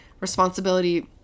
responsibility